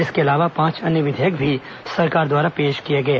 इसके अलावा पांच अन्य विधेयक भी सरकार द्वारा पेश किए गए